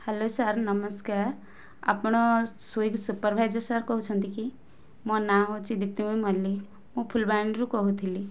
hello sir ନମସ୍କାର ଆପଣ Swiggy supervisor sir କହୁଛନ୍ତି କି ମୋ' ନାଁ ହେଉଛି ଦିପ୍ତିମୟୀ ମଲ୍ଲିକ ମୁଁ ଫୁଲବାଣୀରୁ କହୁଥିଲି